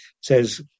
says